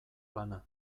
lana